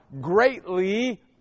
greatly